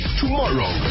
tomorrow